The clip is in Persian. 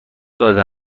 داده